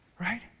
Right